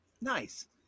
Nice